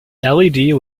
led